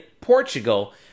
Portugal